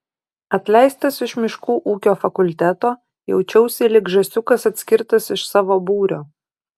atleistas iš miškų ūkio fakulteto jaučiausi lyg žąsiukas atskirtas iš savo būrio